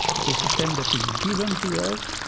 it's a system that is given to us.